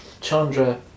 Chandra